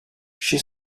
she